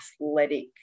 athletic